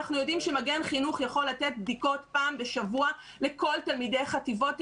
אנחנו יודעים שמגן חינוך יכול לתת בדיקות פעם בשבוע לכל תלמידי חטיבות,